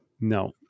No